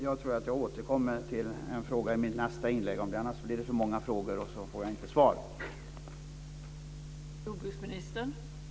Jag tror att jag återkommer med ytterligare en fråga i nästa inlägg, annars blir det för många frågor så att jag inte får svar.